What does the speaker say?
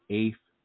eighth